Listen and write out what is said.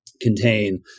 contain